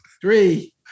Three